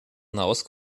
nahost